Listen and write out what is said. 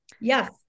Yes